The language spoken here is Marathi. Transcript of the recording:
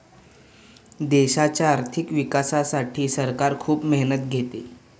देशाच्या आर्थिक विकासासाठी सरकार खूप मेहनत घेते